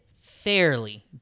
fairly